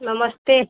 नमस्ते